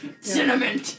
Cinnamon